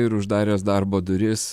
ir uždaręs darbo duris